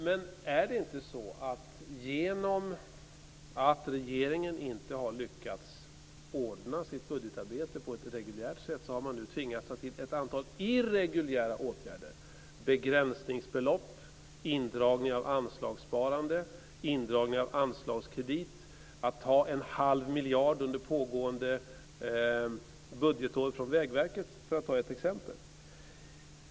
Men genom att regeringen inte har lyckats att ordna sitt budgetarbete på ett reguljärt sätt, har man nu tvingats att ta till ett antal irreguljära åtgärder: begränsningsbelopp, indragning av anslagssparande, indragning av anslagskredit, ta en halv miljard under pågående budgetår från Vägverket - för att ta några exempel.